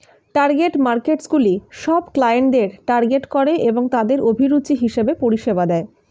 target মার্কেটসগুলি সব ক্লায়েন্টদের টার্গেট করে এবং তাদের অভিরুচি হিসেবে পরিষেবা দেয়